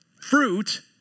fruit